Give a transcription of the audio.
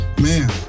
man